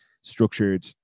structured